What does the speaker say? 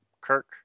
Kirk